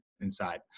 inside